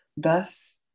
Thus